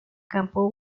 campo